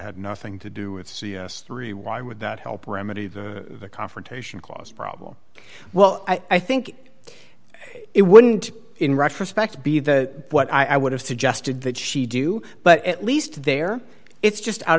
had nothing to do with c s three why would that help remedy the confrontation clause problem well i think it wouldn't in retrospect be that what i would have suggested that she do but at least there it's just out